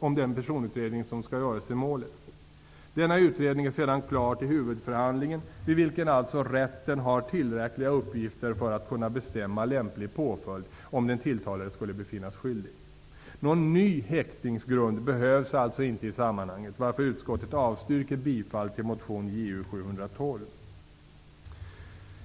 om den personutredning som skall göras i målet. Denna utredning är sedan klar till huvudförhandlingen, vid vilken alltså rätten har tillräckliga uppgifter för att kunna bestämma lämplig påföljd om den tilltalade skulle befinnas skyldig. Någon ny häktningsgrund behövs alltså inte i sammanhanget, varför utskottet avstyrker bifall till motion Ju712.